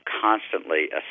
constantly